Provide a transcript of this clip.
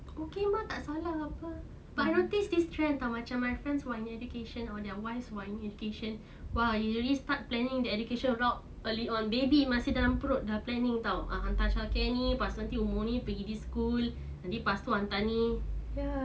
okay mah tak salah [pe] but I notice this trend [tau] macam my friends who are in education or their wife who are in education !wah! they really start planning the education route early on baby masih dalam perut dah planning [tau] nak hantar childcare ni lepas umur ni pergi this school nanti pastu hantar ni